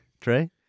Trey